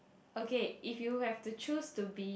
okay if you have to choose to be